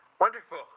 Wonderful